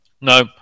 no